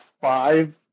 five